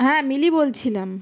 হ্যাঁ মিলি বলছিলাম